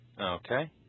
Okay